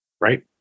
Right